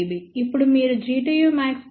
ఇప్పుడు మీరు Gtu max గుర్తుచేసుకుంటే 10